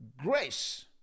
grace